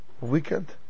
Weekend